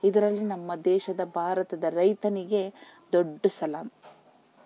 ಇದರಲ್ಲಿ ನಮ್ಮ ದೇಶದ ಭಾರತದ ರೈತನಿಗೆ ದೊಡ್ಡ ಸಲಾಮು